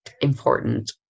important